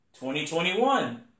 2021